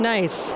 Nice